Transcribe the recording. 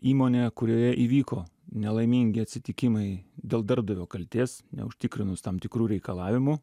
įmonė kurioje įvyko nelaimingi atsitikimai dėl darbdavio kaltės neužtikrinus tam tikrų reikalavimų